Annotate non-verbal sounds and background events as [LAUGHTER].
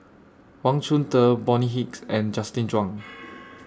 Wang Chunde Bonny Hicks and Justin Zhuang [NOISE]